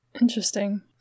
Interesting